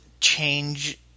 change